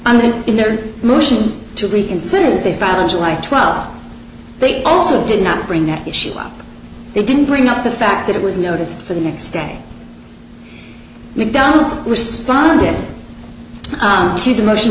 mean in their motion to reconsider what they found in july twelfth they also did not bring that issue up they didn't bring up the fact that it was noticed for the next day mcdonald's responded to the motion